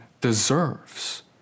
deserves